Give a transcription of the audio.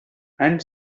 and